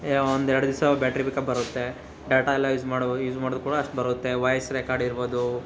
A ಒಂದೆರಡು ದಿಸ battery pickup ಬರುತ್ತೆ ಡಾಟಾ ಎಲ್ಲ ಯೂಸ್ ಮಾಡ್ಬೋದು ಯೂಸ್ ಮಾಡದ್ರು ಕೂಡ ಅಷ್ಟು ಬರುತ್ತೆ ವಾಯ್ಸ್ ರೆಕಾರ್ಡ್ ಇರ್ಬೋದು